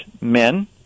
men